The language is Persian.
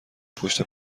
پشت